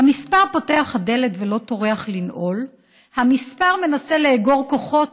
המספר פותח הדלת ולא טורח לנעול / המספר מנסה לאגור כוחות